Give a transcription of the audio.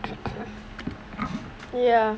ya